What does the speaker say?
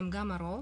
הם גם הרוב